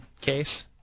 case